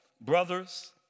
brothers